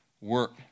work